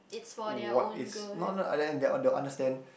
what is not not the other enf they'll they'll understand